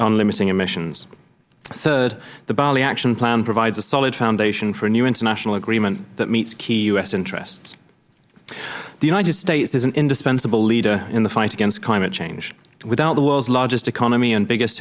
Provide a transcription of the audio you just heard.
limiting emissions third the bali action plan provides a solid foundation for a new international agreement that meets key u s interests the united states is an indispensable leader in the fight against climate change without the world's largest economy and biggest